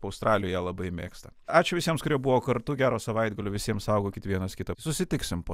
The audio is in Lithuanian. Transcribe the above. australijoj ją labai mėgsta ačiū visiems kurie buvo kartu gero savaitgalio visiems saugokit vienas kitą susitiksim po